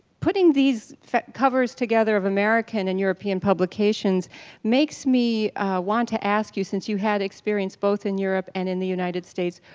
putting these covers together of american and european publications makes me want to ask you, since you had experience both in europe and in the united states,